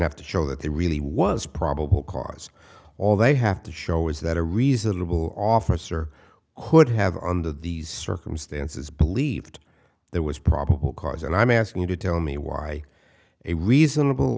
have to show that there really was probable cause all they have to show is that a reasonable officer who would have under these circumstances believed there was probable cause and i'm asking you to tell me why a reasonable